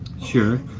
sure,